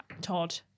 Todd